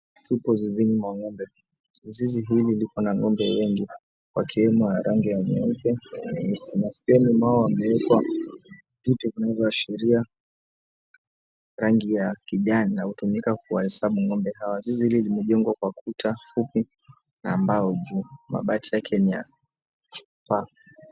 Tuko zizini mwa ng'ombe zizi hili liko na ng'ombe wengi wakiwemo wa rangi ya nyeupe na nyeusi na sehemu ambayo wamewekwa vitute vinaeza ashiria rangi ya kijani na hutumika kuwahesabu ng'ombe hawa. Zizi hili limejengwa kwa kuta huku na mbao juu mabati yake ni ya paa.